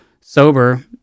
sober